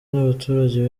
n’abaturage